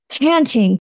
panting